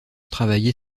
travailler